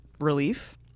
relief